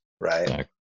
Right